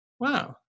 wow